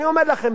אני אומר לכם,